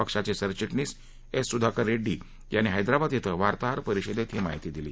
पक्षाचे सरचिटणीस एस सुधाकर रेड्डी यांनी हस्त्राबाद शें वार्ताहर परिषदेत ही माहिती दिली